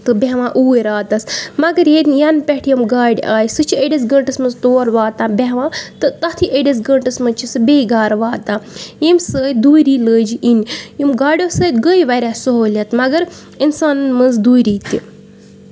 تہٕ بیٚہوان اوٗرۍ راتَس مگر ییٚتہِ یَنہٕ پٮ۪ٹھ یِم گاڑِ آے سُہ چھِ أڑِس گٲنٛٹَس منٛز تور واتان بیٚہوان تہٕ تَتھٕے أڑِس گٲنٛٹَس منٛز چھِ سُہ بیٚیہِ گَرٕ واتان ییٚمہِ سۭتۍ دوٗری لٔج اِنہِ یِم گاڑیو سۭتۍ گٔے واریاہ سہوٗلیت مگر اِنسانَن منٛز دوٗری تہِ